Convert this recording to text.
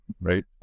Right